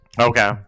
okay